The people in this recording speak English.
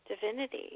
divinity